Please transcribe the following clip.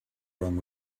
wrong